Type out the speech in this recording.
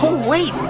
wait.